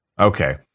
Okay